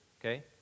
okay